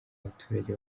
abaturage